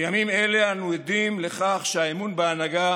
בימים אלה אנו עדים לכך שהאמון בהנהגה